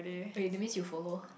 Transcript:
wait that means you follow